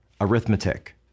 arithmetic